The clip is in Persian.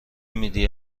میدی